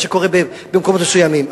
מה שקורה במקומות מסוימים,